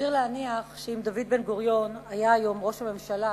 סביר להניח שאם דוד בן-גוריון היה היום ראש הממשלה